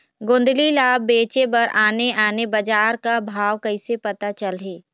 गोंदली ला बेचे बर आने आने बजार का भाव कइसे पता चलही?